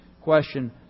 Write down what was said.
question